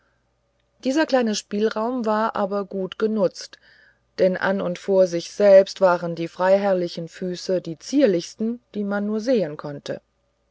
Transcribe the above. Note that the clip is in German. dieser kleine spielraum war aber gut genutzt denn an und vor sich selbst waren die freiherrlichen füßchen die zierlichsten die man nur sehen konnte